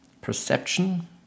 perception